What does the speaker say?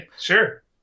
sure